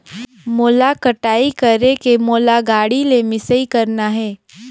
मोला कटाई करेके मोला गाड़ी ले मिसाई करना हे?